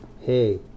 Hey